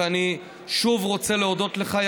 ואני שוב רוצה להודות לך,